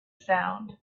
sound